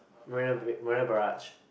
Marina-Bay Marina-Barrage